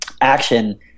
action